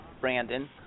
Brandon